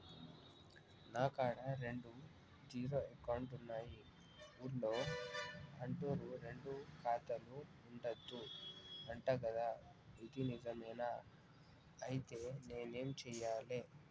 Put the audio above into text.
నా కాడా రెండు జీరో అకౌంట్లున్నాయి ఊళ్ళో అంటుర్రు రెండు ఖాతాలు ఉండద్దు అంట గదా ఇది నిజమేనా? ఐతే నేనేం చేయాలే?